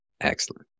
Excellent